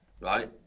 right